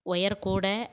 wire கூடை